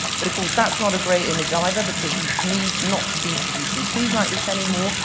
but of course, that's not a great image either, because we need not to be producing food like this anymore.